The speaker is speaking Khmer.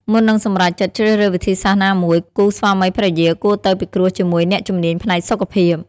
មុននឹងសម្រេចចិត្តជ្រើសរើសវិធីសាស្ត្រណាមួយ គូស្វាមីភរិយាគួរទៅពិគ្រោះជាមួយអ្នកជំនាញផ្នែកសុខភាព។